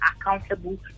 accountable